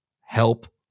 help